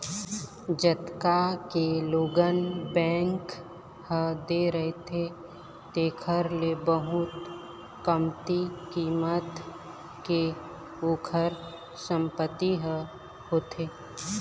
जतका के loan bank ह दे रहिथे तेखर ले बहुत कमती कीमत के ओखर संपत्ति ह होथे